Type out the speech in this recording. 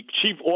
chief